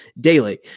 daily